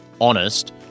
honest